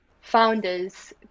founders